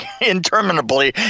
interminably